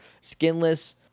skinless